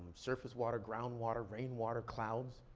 surface water, ground water, rain water, clouds.